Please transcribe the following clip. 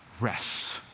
rest